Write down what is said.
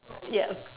yeah